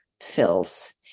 Fills